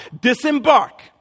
disembark